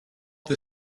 the